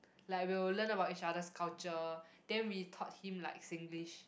like we'll learn about each other's culture then we taught him like Singlish